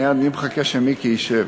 אני מחכה שמיקי ישב.